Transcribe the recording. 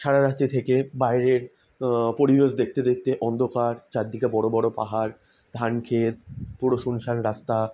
সারা রাত্রি থেকে বাইরের পরিবেশ দেখতে দেখতে অন্ধকার চারদিকে বড়ো বড়ো পাহাড় ধান ক্ষেত পুরো সুনসান রাস্তা